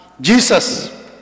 Jesus